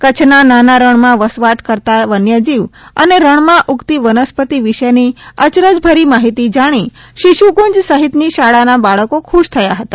કચ્છના નાના રણમાં વસવાટ કરતા વન્યજીવ અને રણમાં ઊગતી વનસ્પતિ વિશેની અયરજભરી માહિતી જાણી શિશુકુંજ સહિતની શાળાના બાળકો ખુશ થયા હતા